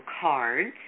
cards